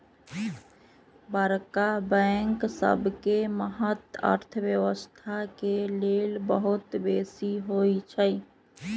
बड़का बैंक सबके महत्त अर्थव्यवस्था के लेल बहुत बेशी होइ छइ